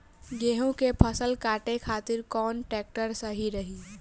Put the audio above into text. गेहूँ के फसल काटे खातिर कौन ट्रैक्टर सही ह?